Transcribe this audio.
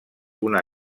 una